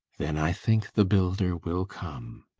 then i think the builder will come.